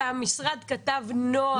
והמשרד כתב נוהל.